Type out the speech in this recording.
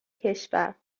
کشور